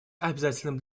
обязательным